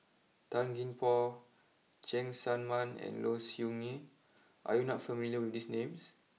Tan Gee Paw Cheng Tsang Man and Low Siew Nghee are you not familiar with these names